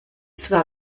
zwar